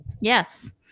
Yes